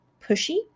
pushy